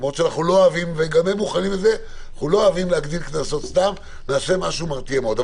למרות שאנחנו לא אוהבים להגדיל קנסות סתם כך אבל נעשה משהו מרתיע מאוד.